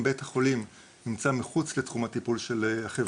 אם בית החולים נמצא מחוץ לתחום הטיפול של החברה